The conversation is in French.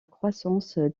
croissance